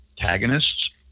antagonists